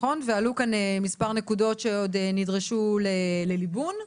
ועלו כאן מספר נקודות שנדרשו לליבון.